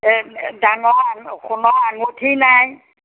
এই ডাঙৰ সোণৰ আঙুঠি নাই